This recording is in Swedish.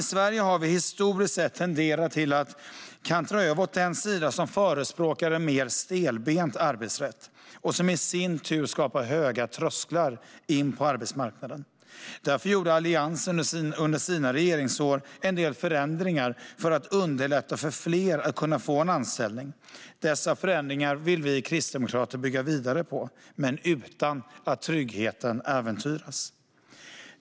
I Sverige har vi historiskt sett tenderat att kantra över åt den sida som förespråkar en mer stelbent arbetsrätt, som i sin tur skapar höga trösklar in till arbetsmarknaden. Därför gjorde Alliansen under sina regeringsår en del förändringar för att underlätta för fler att kunna få en anställning. Dessa förändringar vill vi kristdemokrater bygga vidare på, men utan att tryggheten äventyras.